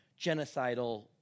genocidal